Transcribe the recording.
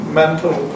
mental